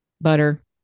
butter